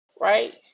right